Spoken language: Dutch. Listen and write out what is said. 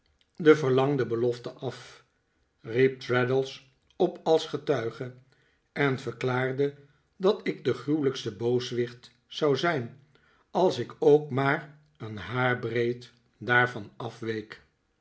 de verlangde belofte af riep traddles op als getuige en verklaarde dat ik de gruwelijkste booswicht zou zijn als ik ook maar een haarbreed daarvan afweek